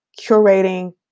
curating